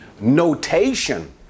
notation